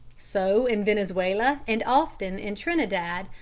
so in venezuela and often in trinidad,